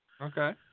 Okay